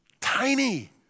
tiny